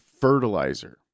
fertilizer